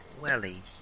welly